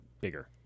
bigger